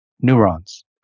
neurons